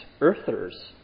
earthers